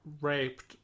raped